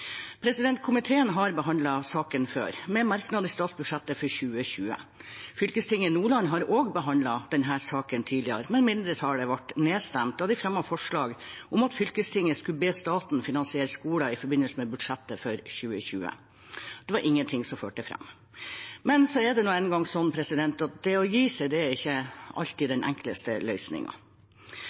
Komiteen har behandlet saken før, med merknad i statsbudsjettet for 2020. Fylkestinget i Nordland har også behandlet denne saken tidligere, men mindretallet ble nedstemt da de i forbindelse med budsjettet for 2020 fremmet forslag om at fylkestinget skulle be staten finansiere skolen. Det var ingenting som førte fram. Men det er nå en gang sånn at det å gi seg ikke alltid er den enkleste